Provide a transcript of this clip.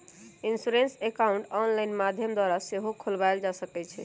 insurance account online माध्यम द्वारा सेहो खोलबायल जा सकइ छइ